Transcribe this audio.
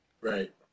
Right